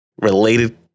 related